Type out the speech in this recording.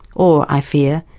or, i fear,